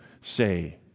say